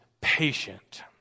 patient